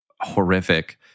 horrific